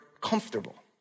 comfortable